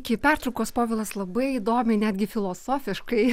iki pertraukos povilas labai įdomiai netgi filosofiškai